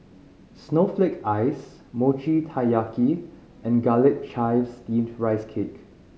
snowflake ice Mochi Taiyaki and Garlic Chives Steamed Rice Cake